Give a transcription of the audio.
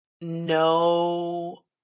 no